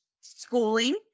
schooling